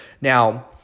Now